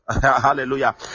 Hallelujah